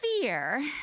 fear